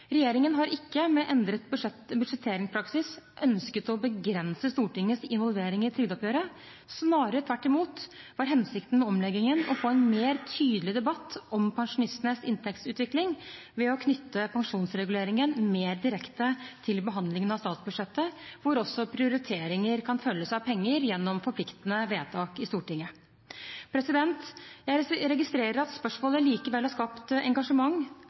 Regjeringen har ikke med endret budsjetteringspraksis ønsket å begrense Stortingets involvering i trygdeoppgjøret. Snarere tvert imot var hensikten med omleggingen å få en mer tydelig debatt om pensjonistenes inntektsutvikling ved å knytte pensjonsreguleringen mer direkte til behandlingen av statsbudsjettet, hvor også prioriteringer kan følges av penger gjennom forpliktende vedtak i Stortinget. Jeg registrerer at spørsmålet likevel har skapt engasjement